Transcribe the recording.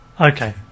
Okay